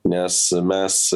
nes mes